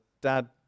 dad